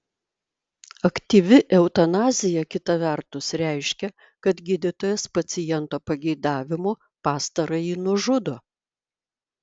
aktyvi eutanazija kita vertus reiškia kad gydytojas paciento pageidavimu pastarąjį nužudo